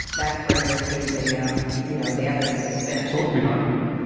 that's where you will see the yeah you know the evidence of spin. so what can be done about it?